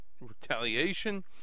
retaliation